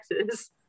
Texas